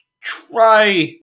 try